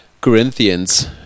Corinthians